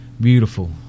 beautiful